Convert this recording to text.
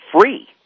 free